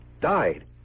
died